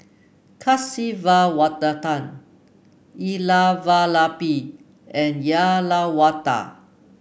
Kasiviswanathan Elattuvalapil and Uyyalawada